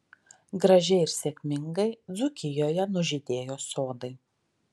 gražiai ir sėkmingai dzūkijoje nužydėjo sodai